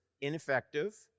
ineffective